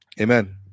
Amen